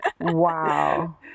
wow